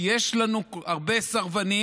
כי יש לנו הרבה סרבנים,